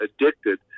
addicted